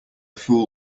fool